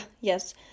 yes